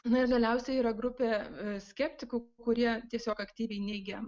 na ir galiausiai yra grupė skeptikų kurie tiesiog aktyviai neigia